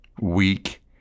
weak